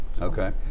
Okay